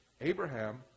Abraham